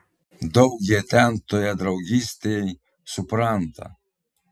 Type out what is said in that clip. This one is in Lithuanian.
daug jie ten toje draugystėj supranta